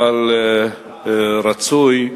אבל רצוי,